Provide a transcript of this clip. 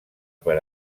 per